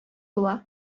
була